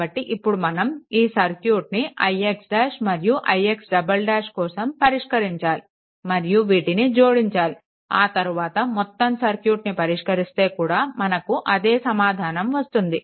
కాబట్టి ఇప్పుడు మనం ఈ సర్క్యూట్లను ix ' మరియు ix " కోసం పరిష్కరించాలి మరియు వీటిని జోడించాలి ఆ తరువాత మొత్తం సర్క్యూట్ని పరిష్కరిస్తే కూడా మనకు అదే సమాధానం వస్తుంది